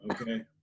Okay